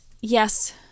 yes